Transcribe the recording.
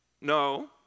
No